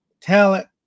talent